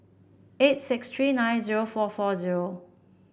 eight six three nine zero four four zero